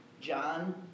John